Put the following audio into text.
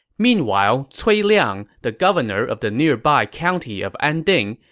meanwhile, cui liang, the governor of the nearby county of anding,